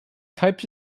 types